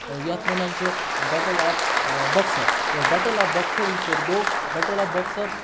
یَتھ وَنان چھِ بٮ۪ٹٕل آف بۄکسَر اور بٮ۪ٹٕل آف بۄکسَر یِژ پھِر گوٚو بٮ۪ٹٕل آف بۄکسَر